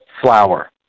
flower